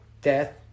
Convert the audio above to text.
death